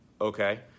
Okay